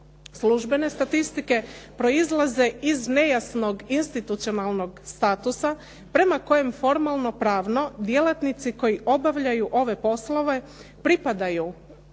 službene statistike proizlaze iz nejasnog institucionalnog statusa prema kojem formalno-pravno djelatnici koji obavljaju ove poslove pripadaju